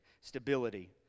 stability